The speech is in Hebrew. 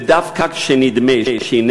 ודווקא כשנדמה שהנה,